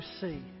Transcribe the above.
see